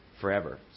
forever